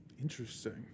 Interesting